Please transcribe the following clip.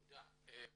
תודה.